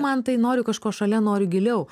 man tai noriu kažko šalia nori giliau